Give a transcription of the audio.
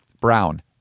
Brown